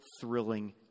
thrilling